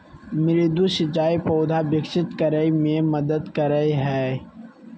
मृदु सिंचाई पौधा विकसित करय मे मदद करय हइ